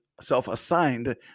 self-assigned